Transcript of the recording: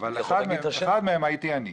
אחד מהם הייתי אני,